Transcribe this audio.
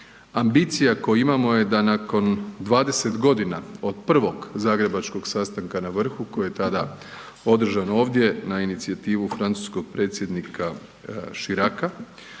ambicija koju imamo je da nakon 20.g. od prvog zagrebačkog sastanka na vrhu koji je tada održan ovdje na inicijativu francuskog predsjednika Chiraca